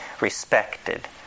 respected